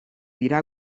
dira